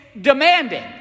demanding